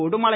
Udumalai